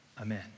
Amen